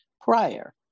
prior